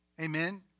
Amen